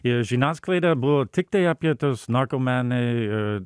ir žiniasklaida buvo tiktai apie tuos narkomanai i